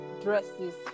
dresses